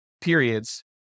periods